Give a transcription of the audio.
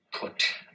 put